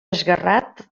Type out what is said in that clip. esguerrat